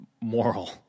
moral